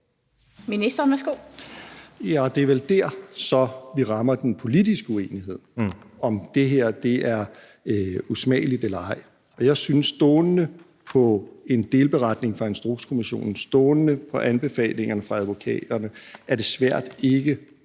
(Nick Hækkerup): Det er vel så der, vi rammer den politiske uenighed, om det her er usmageligt eller ej. Jeg synes, at det stående på en delberetning fra Instrukskommissionen, stående på anbefalingerne fra advokaterne, er svært ikke